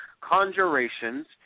conjurations